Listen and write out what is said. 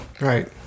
Right